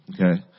Okay